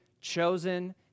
chosen